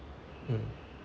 mm